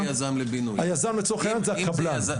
היזם לצורך העניין זה קבלן.